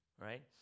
right